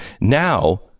now